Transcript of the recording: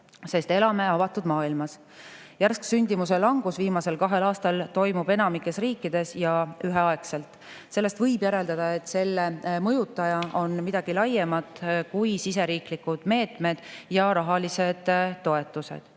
sest elame avatud maailmas. Järsk sündimuse langus viimasel kahel aastal on toimunud enamikus riikides ja üheaegselt. Sellest võib järeldada, et selle mõjutaja on midagi laiemat kui siseriiklikud meetmed ja rahalised toetused.